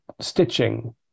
stitching